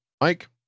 Mike